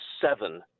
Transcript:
seven